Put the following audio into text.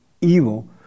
evil